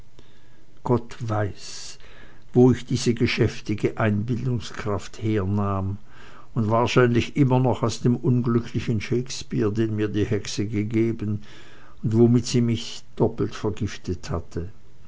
gott weiß wo ich diese geschäftige einbildungskraft hernahm wahrscheinlich immer noch aus dem unglücklichen shakespeare den mir die hexe gegeben und womit sie mich doppelt vergiftet hatte